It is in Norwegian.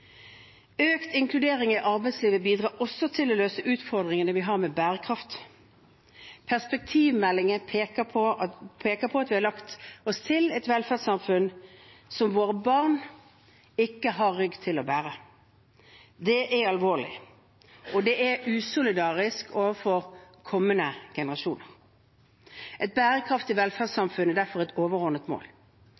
Økt inkludering i arbeidslivet bidrar også til å løse utfordringene vi har med bærekraft. Perspektivmeldingen peker på at vi har lagt oss til et velferdssamfunn som våre barn ikke har rygg til å bære. Det er alvorlig, og det er usolidarisk overfor kommende generasjoner. Et bærekraftig